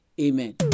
Amen